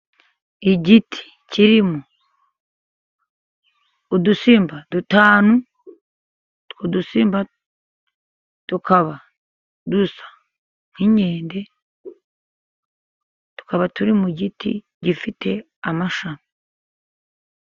Igiti kiririmo udusimba dutanu, utwo dusimba tukaba dusa nk'inkende, tukaba turi mu giti gifite amashami.